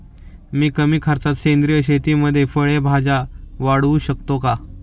मी कमी खर्चात सेंद्रिय शेतीमध्ये फळे भाज्या वाढवू शकतो का?